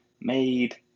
made